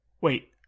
Wait